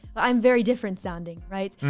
i'm very different sounding, right?